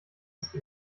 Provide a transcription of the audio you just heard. his